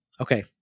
okay